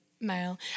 male